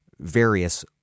various